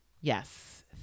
yes